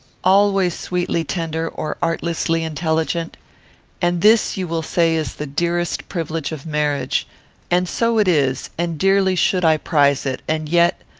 always sweetly tender, or artlessly intelligent and this you will say is the dearest privilege of marriage and so it is and dearly should i prize it and yet,